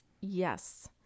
Yes